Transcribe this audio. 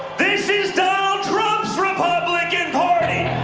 this is donald trump's republican party.